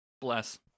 Bless